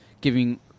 giving